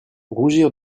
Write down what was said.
rougir